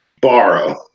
borrow